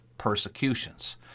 persecutions